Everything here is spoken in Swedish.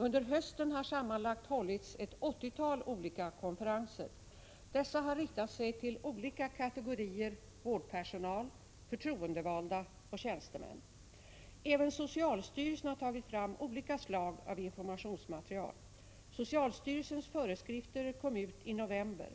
Under hösten har sammanlagt hållits ett åttiotal olika konferenser. Dessa har riktat sig till olika kategorier vårdpersonal, förtroendevalda och tjänstemän. Även socialstyrelsen har tagit fram olika slag av informationsmaterial. Socialstyrelsens föreskrifter kom ut i november.